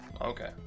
Okay